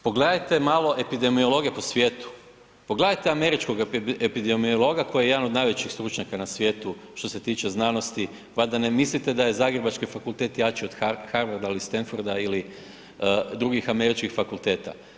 Pogledajte malo epidemiologe po svijetu, pogledajte američkog epidemiologa koji je jedan od najvećih stručnjaka na svijetu što se tiče znanosti, valjda ne mislite da je zagrebački fakultet jači od Harvarda ili Stanforda ili drugih američkih fakulteta.